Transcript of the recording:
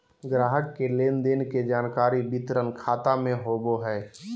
ग्राहक के लेन देन के जानकारी वितरण खाता में होबो हइ